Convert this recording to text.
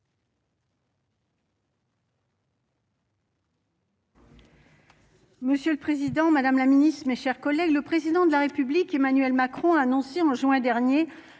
Monsieur le Président, Madame la Ministre, mes chers collègues, le président de la République, Emmanuel Macron, a annoncé en juin dernier